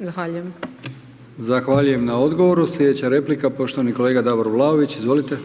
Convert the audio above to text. Zahvaljujem. **Brkić, Milijan (HDZ)** Zahvaljujem na odgovoru. Slijedeća replika, poštovani kolega Davor Vlaović, izvolite.